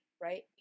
right